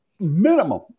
Minimum